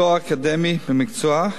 תואר אקדמי במקצוע,